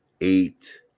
eight